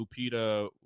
Lupita